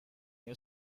new